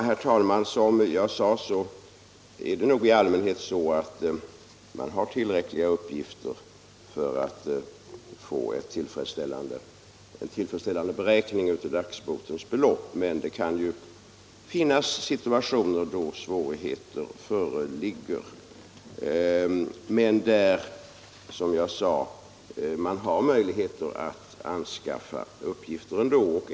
Herr talman! Som jag sade har man nog i allmänhet tillräckliga uppgifter för att göra en tillfredsställande beräkning av dagsbotsbeloppet, men det kan ju finnas situationer där svårigheter föreligger. I sådana fall har man emellertid, som jag sade, möjligheter att anskaffa uppgifter.